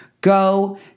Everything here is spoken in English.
Go